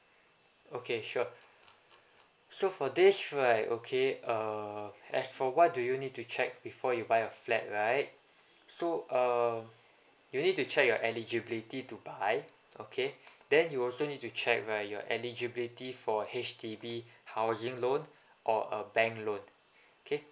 okay sure so for this right okay err as for what do you need to check before you buy a flat right so uh you need to check your eligibility to buy okay then you also need to check where your eligibility for H_D_B housing loan or a bank loan okay